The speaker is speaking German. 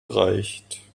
reicht